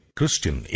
Christian